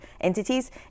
entities